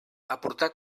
aportar